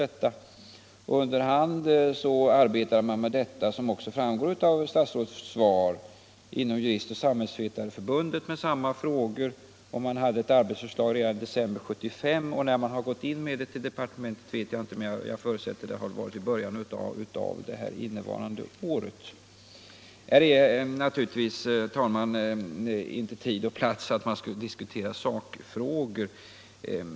Som framgår av statsrådets svar arbetar man också inom Juristoch samhällsvetareförbundet med denna fråga, och man hade där ett arbetsförslag redan i december 1975. Jag vet inte när det inlämnats till departementet, men jag förutsätter att det skedde i början av innevarande år. Här är naturligtvis inte tid och plats att diskutera sakfrågorna.